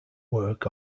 work